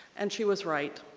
and she was right.